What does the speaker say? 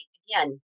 again